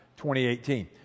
2018